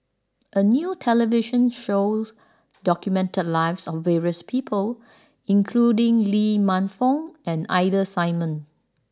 a new television show documented the lives of various people including Lee Man Fong and Ida Simmons